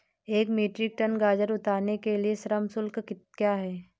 एक metric tonne गाजर उतारने के लिए श्रम शुल्क क्या है?